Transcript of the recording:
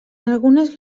algunes